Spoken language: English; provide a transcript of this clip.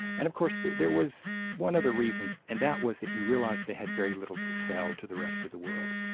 and of course there was one other reason, and that was that he realised they had very little to sell to the rest of the world.